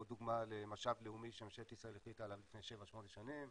עוד דוגמה למשאב לאומי שממשלת ישראל החליטה עליו לפני שבע-שמונה שנים,